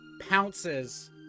pounces